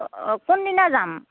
অঁ কোন দিনা যাম